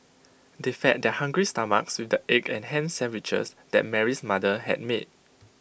they fed their hungry stomachs with the egg and Ham Sandwiches that Mary's mother had made